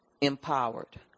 empowered